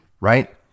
Right